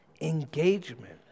engagement